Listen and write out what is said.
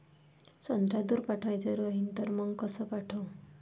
संत्रा दूर पाठवायचा राहिन तर मंग कस पाठवू?